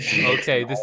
Okay